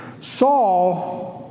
Saul